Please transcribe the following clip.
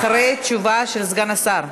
אחרי התשובה של סגן השר.